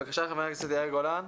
בבקשה, חבר הכנסת יאיר גולן.